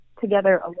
together